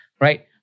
right